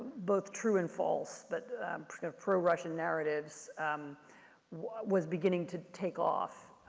both true and false. but pro-russian narratives was beginning to take off.